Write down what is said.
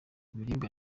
ibiribwa